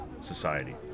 society